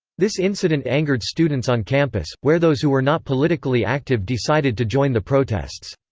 this incident angered students on campus, where those who were not politically active decided to join the protests.